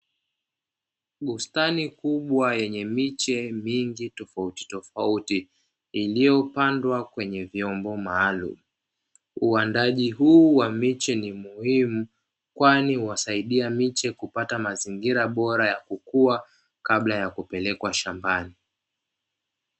Bustani kubwa yenye miche mingi tofautitofauti, iliyopandwa kwenye vyombo maalumu. Uandaaji huu wa miche ni muhimu, kwani husaidia miche kupata mazingira bora ya kukua kabla ya kupelekwa shambani.